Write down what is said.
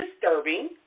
disturbing